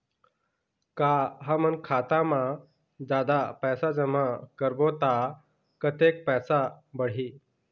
का हमन खाता मा जादा पैसा जमा करबो ता कतेक पैसा बढ़ही?